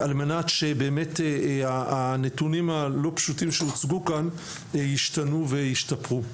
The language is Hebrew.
על מנת שבאמת הנתונים הלא פשוטים שהוצגו כאן ישתנו וישתפרו.